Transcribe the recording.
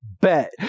Bet